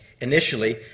Initially